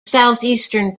southeastern